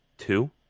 two